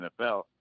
NFL